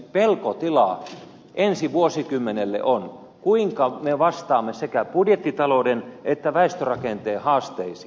pelkotila ensi vuosikymmenelle on kuinka me vastaamme sekä budjettita louden että väestörakenteen haasteisiin